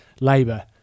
Labour